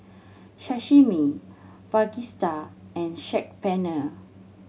Sashimi Fajitas and Saag Paneer